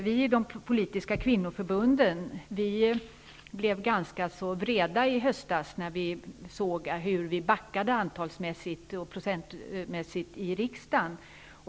Vi i de politiska kvinnoförbunden blev ganska vreda i höstas när vi såg hur andelen kvinnor backade i riksdagen.